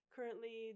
Currently